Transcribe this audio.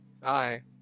hi